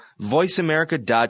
voiceamerica.com